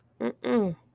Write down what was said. Mm-mm